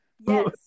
Yes